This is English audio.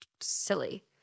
silly